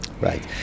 Right